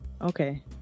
Okay